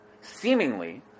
seemingly